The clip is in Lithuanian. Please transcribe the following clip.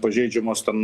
pažeidžiamos ten